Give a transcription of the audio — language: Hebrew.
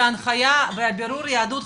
שההנחיה והבירור יהדות,